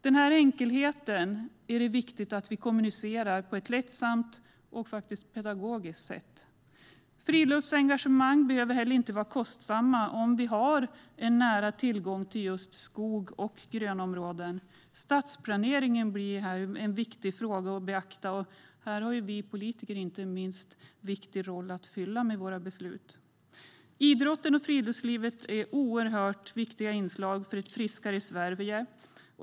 Den här enkelheten är det viktigt att vi kommunicerar på ett lättsamt och pedagogiskt sätt. Friluftsengagemang behöver heller inte vara kostsamt om vi har nära tillgång till skog och grönområden. Stadsplaneringen är en viktig fråga att beakta här, och inte minst vi politiker har en viktig roll att fylla med våra beslut. Idrotten och friluftslivet är oerhört viktiga inslag för ett friskare Sverige.